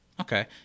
Okay